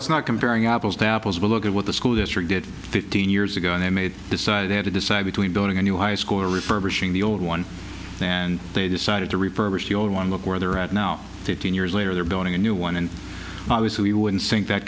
it's not comparing apples to apples but look at what the school district did fifteen years ago and they made decide they had to decide between building a new high school or refer bushing the old one and they decided to refurbish the old one look where they're at now fifteen years later they're building a new one and i we wouldn't think that